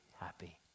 happy